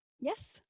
Yes